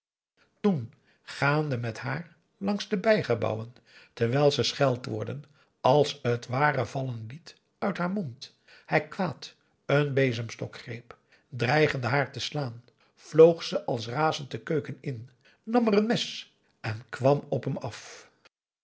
toen gaande met haar langs de bijgebouwen terwijl ze scheldwoorden als t ware vallen liet uit haar mond hij kwaad een bezemstok greep dreigende haar te slaan vloog ze als razend de keuken in nam er een mes en kwam op hem af